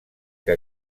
que